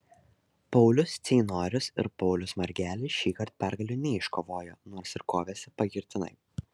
paulius ceinorius ir paulius margelis šįkart pergalių neiškovojo nors ir kovėsi pagirtinai